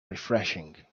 refreshing